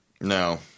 No